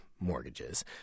mortgages